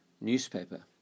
newspaper